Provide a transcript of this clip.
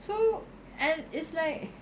so and it's like